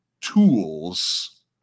tools